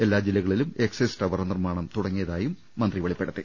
എല്ലാ ജില്ലകളിലും excise tower നിർമ്മാണം തുടങ്ങിയതായും മന്ത്രി വെളിപ്പെടുത്തി